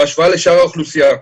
בהשוואה לשאר האוכלוסייה.